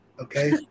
Okay